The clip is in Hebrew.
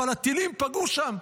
אבל הטילים פגעו שם.